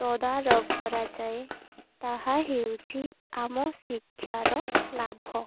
ତଦାରଖ କରାଯାଏ ତାହା ହେଉଛି ଆମ ଶିକ୍ଷାର ଲାଭ